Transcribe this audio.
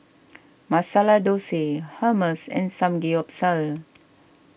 Masala Dosa Hummus and Samgeyopsal